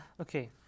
Okay